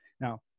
Now